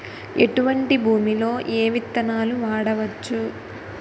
ఎటువంటి భూమిలో ఏ విత్తనాలు వాడవచ్చు?